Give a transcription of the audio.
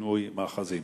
פינוי מאחזים.